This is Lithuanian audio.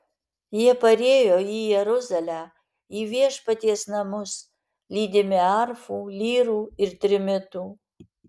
jie parėjo į jeruzalę į viešpaties namus lydimi arfų lyrų ir trimitų